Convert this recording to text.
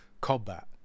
combat